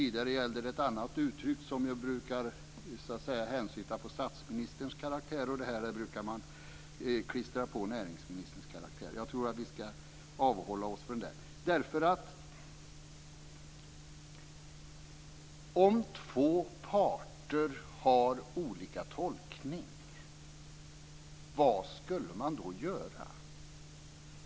Tidigare gällde det ett annat uttryck som brukar hänsyfta på statsministerns karaktär, och det här brukar man klistra på näringsministerns karaktär. Om två parter har olika tolkning - vad ska man då göra?